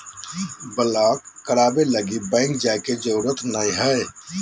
block कराबे लगी bank जाय के जरूरत नयय हइ